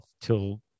till